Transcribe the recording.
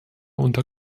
unter